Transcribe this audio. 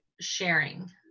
sharing